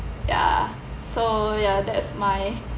ya so ya that's my